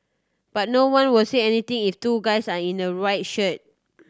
but no one will say anything if two guys are in white shirt